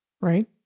Right